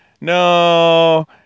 no